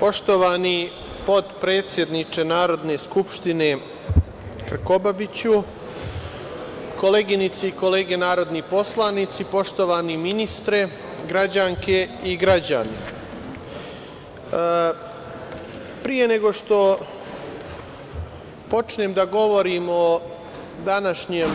Poštovani potpredsedniče Narodne skupštine, koleginice i kolege narodni poslanici, poštovani ministre, građanke i građani, pre nego što počnem da govorim o današnjem